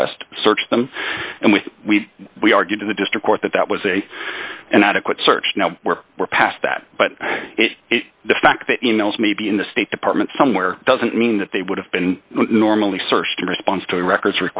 request search them and we we we are going to the district court that that was a and adequate search now we're we're past that but the fact that e mails may be in the state department somewhere doesn't mean that they would have been normally sourced in response to r